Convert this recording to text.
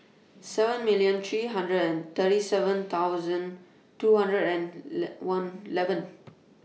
seven million three hundred and thirty seven thousand two hundred and one eleven